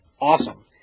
awesome